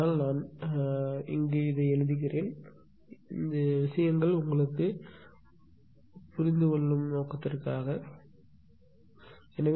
ஆனால் அதை நான் இங்கு எழுதினேன் விஷயங்கள் புரிந்துகொள்ளும் வகையில் நீங்கள் எழுதுவதற்காக நான் இங்கே எழுதுகிறேன்